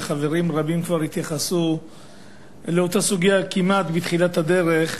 וחברים רבים כבר התייחסו לאותה סוגיה כמעט מתחילת הדרך,